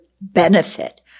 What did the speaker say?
benefit